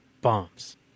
bombs